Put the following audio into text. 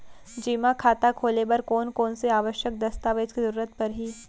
जेमा खाता खोले बर कोन कोन से आवश्यक दस्तावेज के जरूरत परही?